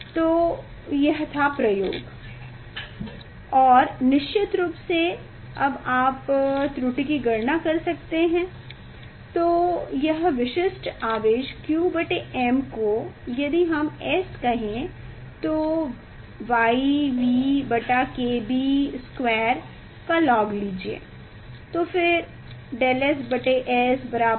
that is the experiment and of course one can calculate the error calculation one can do So this specific q by m this is the specific charge if it is S so Y V by K B square take log and then del S by S equal to del Y by Y plus del V by V plus del K by K plus 2 del B by B तो यह था प्रयोग और निश्चित रूप से अब आप त्रुटि की गणना कर सकते है